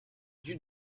dut